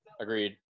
Agreed